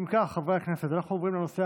אם כך, חברי הכנסת, נעבור להצעה